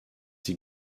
sie